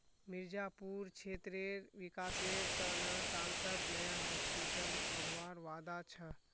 मिर्जापुर क्षेत्रेर विकासेर त न सांसद नया हॉस्पिटल खोलवार वादा छ